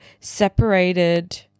separated